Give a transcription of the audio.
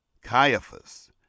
Caiaphas